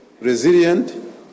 resilient